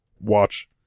watch